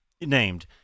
named